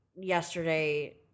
yesterday